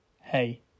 Hey